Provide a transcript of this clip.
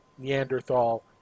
neanderthal